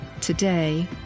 Today